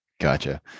gotcha